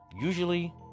usually